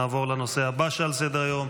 נעבור לנושא הבא שעל סדר-היום,